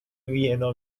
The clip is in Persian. وینا